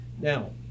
now